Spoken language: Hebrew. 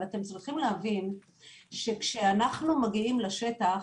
אבל אתם צריכים להבין שכשאנחנו מגיעים לשטח,